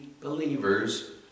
believers